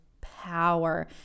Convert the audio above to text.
power